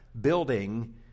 building